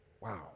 Wow